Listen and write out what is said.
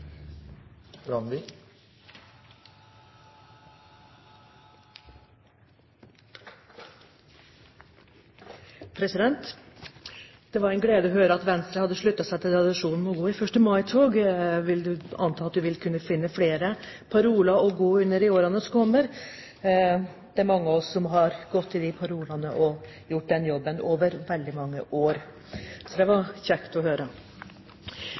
replikkordskifte. Det var en glede å høre at Venstre hadde sluttet seg til tradisjonen med å gå i 1. mai-tog. Vil du anta at du vil kunne finne flere paroler å gå under i årene som kommer? Det er mange av oss som har gått under de parolene og gjort den jobben i veldig mange år. Så det var kjekt å høre.